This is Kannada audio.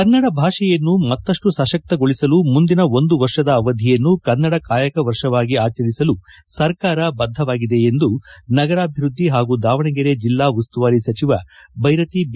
ಕನ್ನಡ ಭಾಷೆಯನ್ನು ಮತ್ತಷ್ಟು ಸಶಕ್ತಗೊಳಿಸಲು ಮುಂದಿನ ಒಂದು ವರ್ಷದ ಅವಧಿಯನ್ನು ಕನ್ನಡ ಕಾಯಕ ವರ್ಷವಾಗಿಆಚರಿಸಲು ಸರ್ಕಾರ ಬದ್ದವಾಗಿದೆ ಎಂದು ನಗರಾಭಿವೃದ್ಧಿ ಹಾಗೂ ದಾವಣಗರೆ ಜಿಲ್ಲಾ ಉಸ್ತುವಾರಿ ಸಚಿವ ಭೈರತಿ ಬಿ